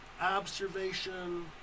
observation